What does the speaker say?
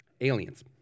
aliens